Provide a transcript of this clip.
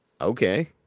Okay